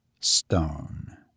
Stone